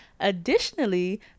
Additionally